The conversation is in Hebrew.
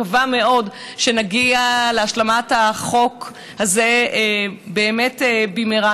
ואני מקווה מאוד שנגיע להשלמת החוק הזה באמת במהרה.